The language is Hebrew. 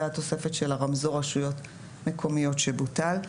זה התוספת של הרמזור רשויות מקומיות שבוטל.